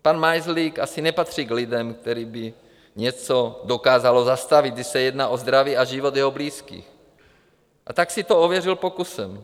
Pan Majzlík asi nepatří k lidem, které by něco dokázalo zastavit, když se jedná o zdraví a život jeho blízkých, a tak si to ověřil pokusem.